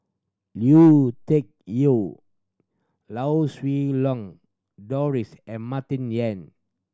Lui Tuck Yew Lau Siew Lang Doris and Martin Yan